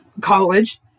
college